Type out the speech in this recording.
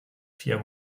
vier